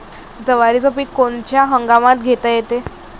जवारीचं पीक कोनच्या हंगामात घेता येते?